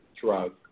drug